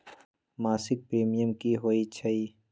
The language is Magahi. मासिक प्रीमियम की होई छई?